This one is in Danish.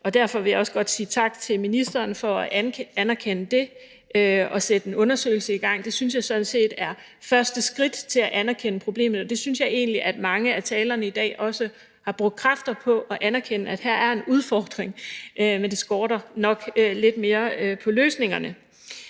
og derfor vil jeg også godt sige tak til ministeren for at anerkende det og sætte en undersøgelse i gang. Det synes jeg sådan set er første skridt til at anerkende problemet, og det synes jeg egentlig også at mange af talerne i dag har brugt kræfter på – at anerkende, at her er en udfordring. Men det skorter nok lidt mere på løsningerne.